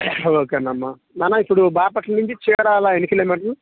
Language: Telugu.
ఓకేనమ్మ నాన్న ఇప్పుడు బాపట్ల నుంచి చీరాల ఎన్ని కిలో మీటర్లు